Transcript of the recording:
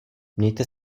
mějte